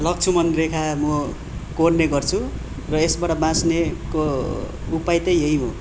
लक्ष्मण रेखा म कोर्ने गर्छु र यसबड बाँच्नेको उपाय तै यै हो